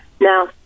Now